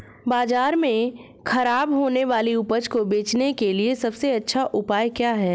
बाजार में खराब होने वाली उपज को बेचने के लिए सबसे अच्छा उपाय क्या है?